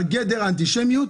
על גדר האנטישמיות.